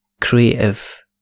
Creative